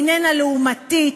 שאיננה לעומתית,